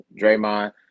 Draymond